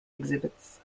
exhibits